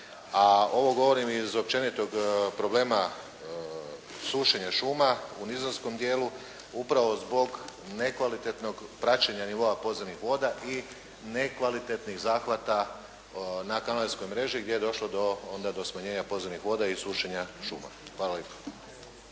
ovo govorim i iz općenitog problema sušenja šuma u nizinskom dijelu upravo zbog nekvalitetnog praćenja nivoa podzemnih voda i nekvalitetnih zahvata na kanalskoj mreži gdje je došlo onda do smanjenja podzemnih voda i sušenja šuma. Hvala